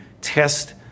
test